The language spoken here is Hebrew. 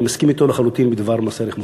אני מסכים אתו לחלוטין בדבר מס ערך מוסף.